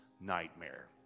nightmare